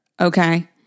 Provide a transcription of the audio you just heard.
okay